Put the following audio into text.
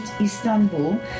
Istanbul